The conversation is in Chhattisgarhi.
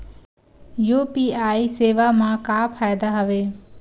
यू.पी.आई सेवा मा का फ़ायदा हवे?